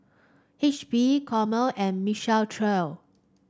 H P Chomel and Michael Trio